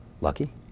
Lucky